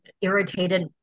irritated